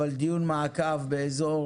אבל דיון מעקב באזור